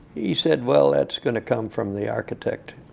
he said, well, that's going to come from the architect